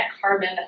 carbon